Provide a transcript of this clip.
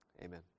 amen